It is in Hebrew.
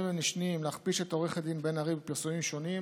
ונשנים להכפיש את עו"ד בן-ארי בפרסומים שונים